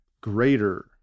greater